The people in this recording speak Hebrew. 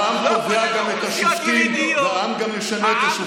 והעם קובע גם את השופטים והעם גם ישנה את השופטים.